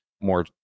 more